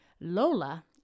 Lola